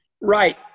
Right